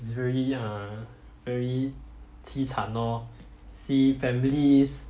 it's very uh very 凄惨 orh see families